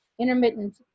intermittent